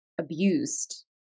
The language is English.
abused